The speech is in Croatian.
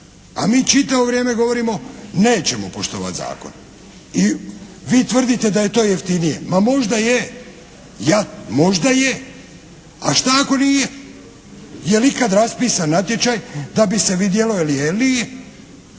A mi čitavo vrijeme govorimo: "Nećemo poštivati zakon." I vi tvrdite da je to jeftinije. Ma možda je. Ja, možda je, a šta ako nije? Je li ikad raspisan natječaj da bi se vidjelo je li je